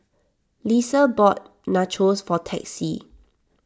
Lissa bought Nachos for Texie